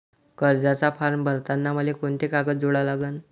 कर्जाचा फारम भरताना मले कोंते कागद जोडा लागन?